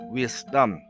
wisdom